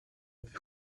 più